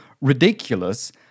ridiculous